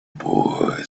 boy